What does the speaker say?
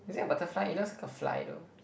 is that a butterfly it looks like a fly though